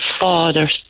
father